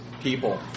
people